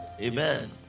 amen